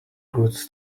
goods